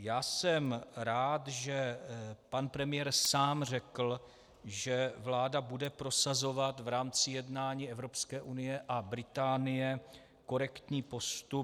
Já jsem rád, že pan premiér sám řekl, že vláda bude prosazovat v rámci jednání Evropské unie a Británie korektní postup.